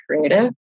creative